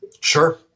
Sure